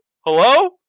hello